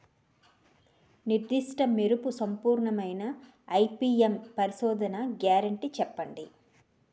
నిర్దిష్ట మెరుపు సంపూర్ణమైన ఐ.పీ.ఎం పరిశోధన గ్యారంటీ చెప్పండి?